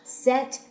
，set